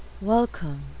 Welcome